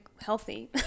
healthy